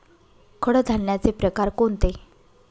कडधान्याचे प्रकार कोणते?